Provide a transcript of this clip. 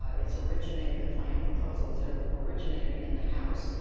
ah its originated the plan, proposal has originated in the house,